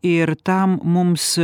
ir tam mums